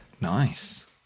Nice